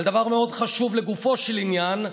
על דבר מאוד חשוב, לגופו של עניין,